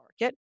market